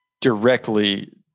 directly